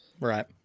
Right